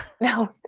No